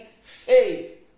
faith